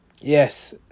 Yes